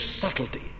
subtlety